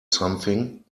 something